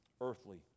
earthly